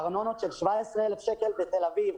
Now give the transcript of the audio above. ארנונות על סף 17,000 שקלים בתל אביב.